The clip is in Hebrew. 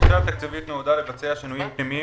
הבקשה התקציבית נועדה לבצע שינויים פנימיים